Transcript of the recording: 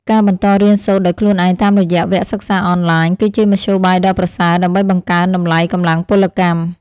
ការបន្តរៀនសូត្រដោយខ្លួនឯងតាមរយៈវគ្គសិក្សាអនឡាញ គឺជាមធ្យោបាយដ៏ប្រសើរដើម្បីបង្កើនតម្លៃកម្លាំងពលកម្ម។